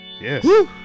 Yes